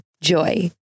Joy